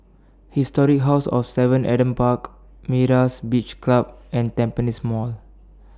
Historic House of seven Adam Park Myra's Beach Club and Tampines Mall